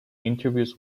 interviews